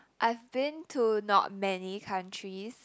I've been to not many countries